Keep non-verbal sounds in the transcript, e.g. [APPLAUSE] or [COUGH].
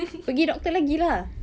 [LAUGHS]